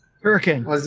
Hurricane